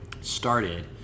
started